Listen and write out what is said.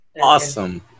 Awesome